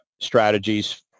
strategies